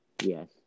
Yes